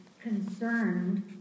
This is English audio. concerned